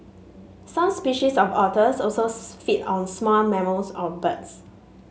some species of otters also feed on small mammals or birds